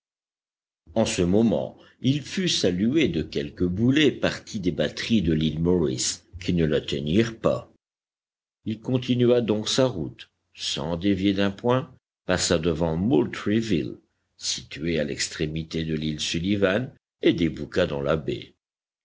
en ce moment il fut salué de quelques boulets partis des batteries de l'île morris qui ne l'atteignirent pas il continua donc sa route sans dévier d'un point passa devant moultrieville située à l'extrémité de l'île sullivan et débouqua dans la baie